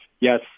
Yes